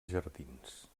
jardins